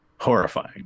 horrifying